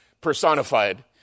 personified